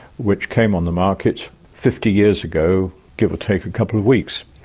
which came on the market fifty years ago, give or take a couple of weeks.